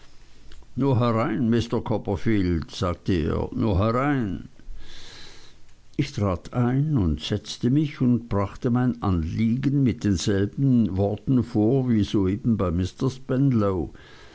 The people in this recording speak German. herein mr copperfield sagte er nur herein ich trat ein und setzte mich und brachte mein anliegen mit denselben worten vor wie soeben mr